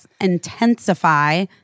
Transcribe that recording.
intensify